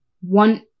One